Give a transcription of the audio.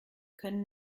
können